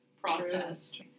process